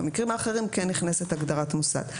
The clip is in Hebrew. במקרים האחרים כן נכנסת הגדרת מוסד.